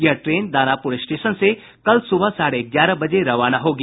यह train Danapur station से कल सुबह साढ़े ग्यारह बजे रवाना होगी